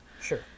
Sure